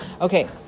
Okay